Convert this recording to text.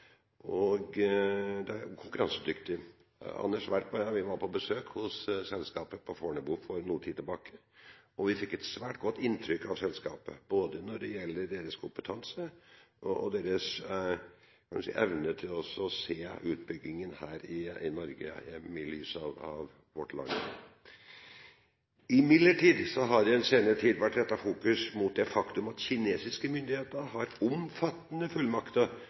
og det er konkurransedyktig. Anders B. Werp og jeg var på besøk hos selskapet på Fornebu for noe tid siden, og vi fikk et svært godt inntrykk av selskapet, både når det gjelder deres kompetanse og deres evne til å se utbyggingen her i Norge i lys av vårt land. Imidlertid har det i den senere tid vært fokusert på det faktum at kinesiske myndigheter har omfattende fullmakter